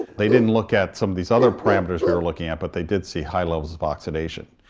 they didn't look at some of these other parameters we were looking at but they did see high levels of oxidation,